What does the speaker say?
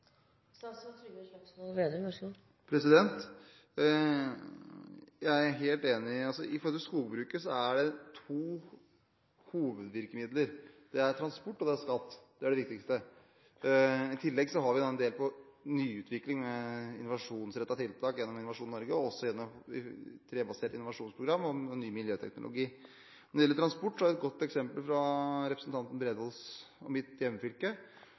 skogbruket, er det to hovedvirkemidler – transport og skatt er de viktigste. I tillegg har vi en del på nyutvikling med innovasjonsrettede tiltak gjennom Innovasjon Norge og også gjennom trebasert innovasjonsprogram og ny miljøteknologi. Når det gjelder transport, har jeg et godt eksempel fra representanten Bredvolds og mitt hjemfylke: